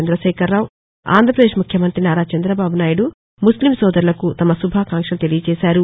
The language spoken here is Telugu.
చంద్రశేఖరరావు ఆంధ్రాపదేశ్ ముఖ్యమంతి నారా చందబాబునాయుడు ముస్లిం సోదరులకు తమ శుభాకాంక్షలు తెలియచేశారు